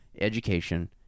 education